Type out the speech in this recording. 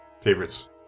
favorites